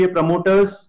Promoters